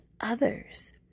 others